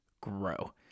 grow